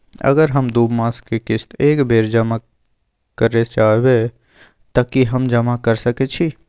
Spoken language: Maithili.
अगर हम दू मास के किस्त एक बेर जमा करे चाहबे तय की हम जमा कय सके छि?